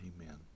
Amen